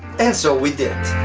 and so we did.